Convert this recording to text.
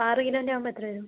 ആറ് കിലോൻ്റെയാകുമ്പോൾ എത്ര വരും